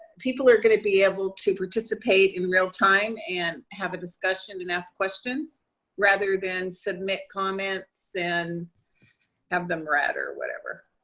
people are gonna be able to participate in real time and have a discussion and ask questions rather than submit comments and have them read or whatever.